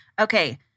Okay